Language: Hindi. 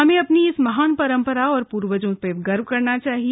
हमें अपनी इस महान परम्परा व पूर्वजों पर गर्व करना चाहिए